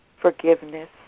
forgiveness